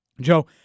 Joe